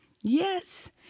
Yes